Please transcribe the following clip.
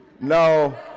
No